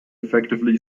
effectively